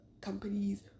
companies